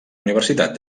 universitat